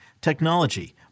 technology